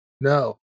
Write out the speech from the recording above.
no